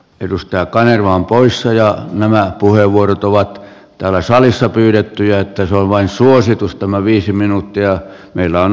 asioista pitää puhua semmoisina niin kuin ne ovat täällä salissa pyydetty että se on vain suositus tämä viisi minuuttia meillä on